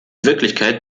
wirklichkeit